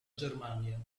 germania